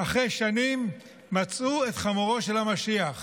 אחרי שנים מצאו את חמורו של המשיח,